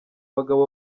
bagabo